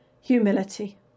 Humility